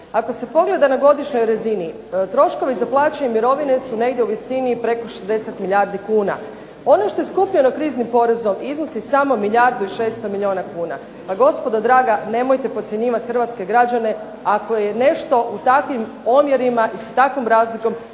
Ako se pogleda na godišnjoj razini troškovi za plaće i mirovine su negdje u visini preko 60 milijardi kuna. Ono što je skupljeno kriznim porezom iznosi samo milijardu i 600 milijuna kuna. Pa gospodo draga nemojte podcjenjivati hrvatske građane. Ako je nešto u takvim omjerima i sa takvom razlikom